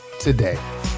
today